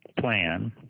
plan